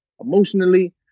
emotionally